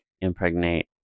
impregnate